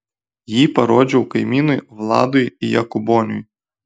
jį parodžiau kaimynui vladui jakuboniui